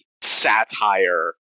satire